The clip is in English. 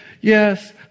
yes